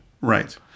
Right